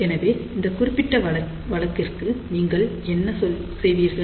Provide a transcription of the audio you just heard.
எனவே இந்த குறிப்பிட்ட வழக்கிற்கு நீங்கள் என்ன செய்வீர்கள்